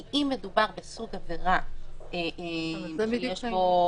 כי אם מדובר בסוג עבירה שיש בו